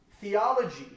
theology